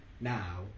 now